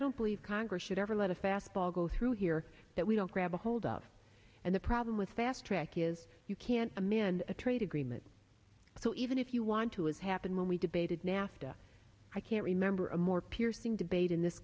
don't believe congress should ever let a fastball go through here that we don't grab ahold of and the problem with fast track is you can't amend a trade agreement so even if you want to as happened when we debated nafta i can remember a more piercing debate in this